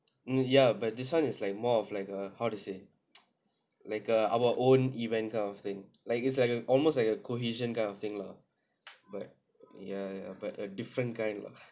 ya but this one is like more of like a how to say like uh our own event kind of thing like it's like a almost like a cohesion kind of thing lah but ya ya but a different kind lah